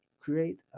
create